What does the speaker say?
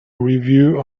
review